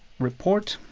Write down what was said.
report